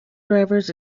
drivers